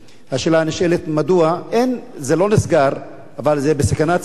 השאלה הנשאלת היא: מדוע זה לא נסגר אבל זה בסכנת סגירה?